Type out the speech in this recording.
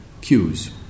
cues